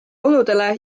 oludele